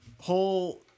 whole